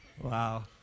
Wow